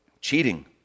Cheating